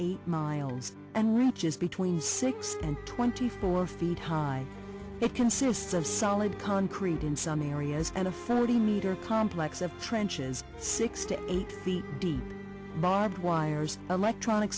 eighty miles and reaches between six and twenty four feet high it consists of solid concrete in some areas and a fellow the meter complex of trenches six to eight feet deep barbed wires electronic